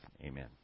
Amen